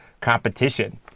competition